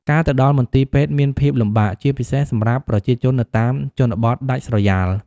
ការទៅដល់មន្ទីរពេទ្យមានភាពលំបាក ជាពិសេសសម្រាប់ប្រជាជននៅតាមជនបទដាច់ស្រយាល។